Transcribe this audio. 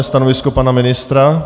Stanovisko pana ministra?